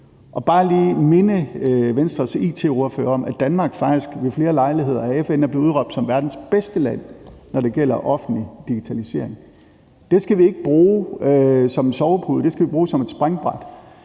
vil bare lige minde Venstres it-ordfører om, at Danmark faktisk ved flere lejligheder af FN er blevet udråbt som verdens bedste land, når det gælder offentlig digitalisering. Det skal vi ikke bruge som en sovepude – det skal vi bruge som et springbræt.